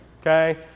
okay